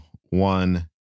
one